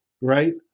right